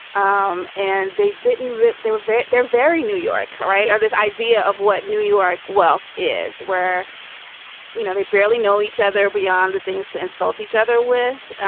um and they didn't. they were very they're very new york right. this idea of what new york wealth is where you know they barely know each other beyond the things to insult each other with.